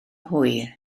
hwyr